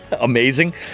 Amazing